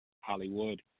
Hollywood